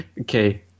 Okay